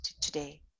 today